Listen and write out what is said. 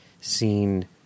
seen